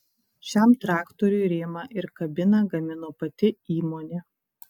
šiam traktoriui rėmą ir kabiną gamino pati įmonė